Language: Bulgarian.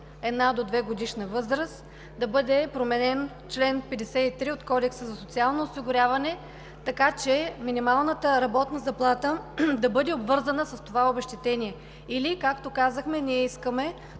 една до двегодишна възраст, да бъде променен чл. 53 от Кодекса за социално осигуряване, така че минималната работна заплата да бъде обвързана с това обезщетение или, както казахме, ние искаме